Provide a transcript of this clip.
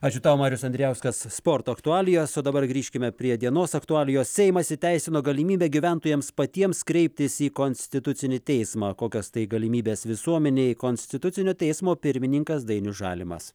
ačiū tau marius andrijauskas sporto aktualijas o dabar grįžkime prie dienos aktualijos seimas įteisino galimybę gyventojams patiems kreiptis į konstitucinį teismą kokios tai galimybės visuomenei konstitucinio teismo pirmininkas dainius žalimas